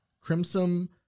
Crimson